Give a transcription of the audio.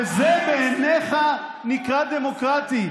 וזה בעיניך נקרא דמוקרטי,